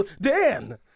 Dan